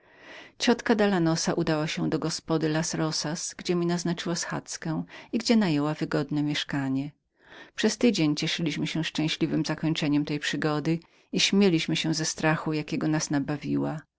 ciotka dalanosa udała się do gospody las rosas gdzie mi naznaczyła była schadzkę i gdzie najęła wygodne mieszkanie przez ośm dni cieszyliśmy się tylko szczęśliwem zakończeniem tej przygody i śmieliśmy się ze strachu jakiego nas nabawiła